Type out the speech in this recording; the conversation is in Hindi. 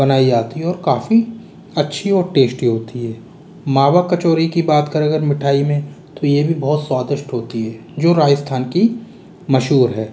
बनाई जाती है और काफी अच्छी और टेस्टी होती है मावा कचौड़ी की बात करें अगर मिठाई में तो यह भी बहुत स्वादिष्ट होती है जो राजस्थान की मशहूर है